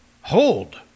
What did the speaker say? Hold